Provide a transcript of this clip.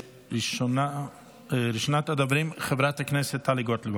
ראשונת הדוברים, חברת הכנסת טלי גוטליב,